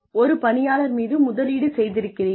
ஒரு பணியாளர் மீது முதலீடு செய்திருக்கிறீர்கள்